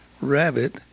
rabbit